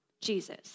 Jesus